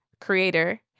creator